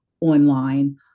online